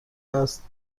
است